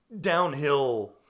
downhill